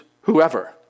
whoever